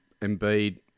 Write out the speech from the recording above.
Embiid